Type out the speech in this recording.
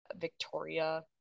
Victoria